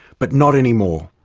but not anymore.